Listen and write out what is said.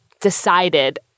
decided